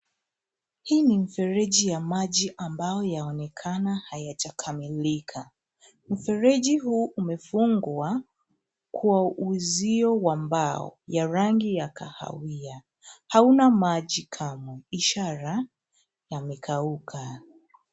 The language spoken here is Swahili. Hii ni mfereji ya maji ambao yaonekana hayajakamilika. Mfereji huu umefungwa kwa uzio wa mbao ya rangi ya kahawia. Hauna maji kamu, ishara yamekauaka.